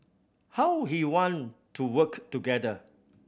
how he want to work together